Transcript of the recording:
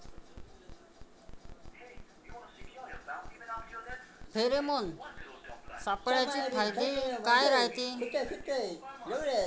Pheromone सापळ्याचे फायदे काय रायते?